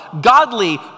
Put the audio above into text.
godly